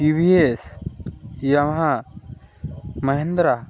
TVS Yamaha Mahindra